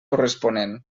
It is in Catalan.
corresponent